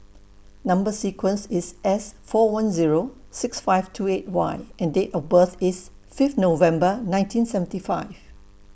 Number sequence IS S four one Zero six five two eight Y and Date of birth IS Fifth November nineteen seventy five